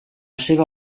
seva